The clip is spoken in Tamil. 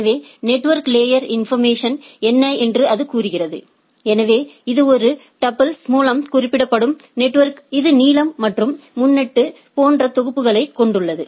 எனவே நெட்வொர்க் லேயர் இன்ஃபா்மேசன் என்ன என்று அது கூறுகிறது எனவே இது ஒரு டூப்பிள் மூலம் குறிப்பிடப்படும் நெட்வொர்கின் இது நீளம் மற்றும் முன்னொட்டு போன்ற தொகுப்பைக் கொண்டுள்ளது